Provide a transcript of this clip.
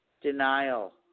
denial